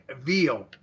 veal